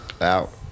Out